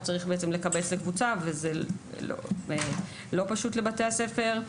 זה לא פשוט לבתי הספר.